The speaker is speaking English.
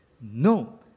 No